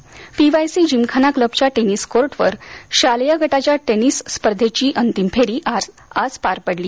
tennis PYC Gymkhana क्लबच्या tennis कोर्टवर शालेय गटाच्या टेनिस स्पर्धेंची अंतिम फेरी आज पार पडली